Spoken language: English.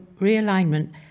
realignment